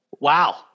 Wow